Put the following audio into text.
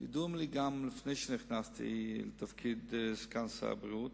ידועים לי גם מלפני שנכנסתי לתפקיד סגן שר הבריאות,